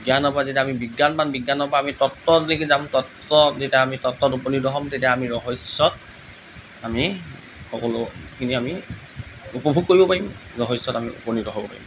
জ্ঞানৰ পৰা যেতিয়া আমি বিজ্ঞান পাম বিজ্ঞানৰ পৰা আমি তত্ত্ব দিশে যাম তত্ত্ব যেতিয়া আমি তত্ত্বত উপনীত হ'ম তেতিয়া আমি ৰহস্যত আমি সকলোখিনি আমি উপভোগ কৰিব পাৰিম ৰহস্যত আমি উপনীত হ'ব পাৰিম